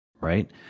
Right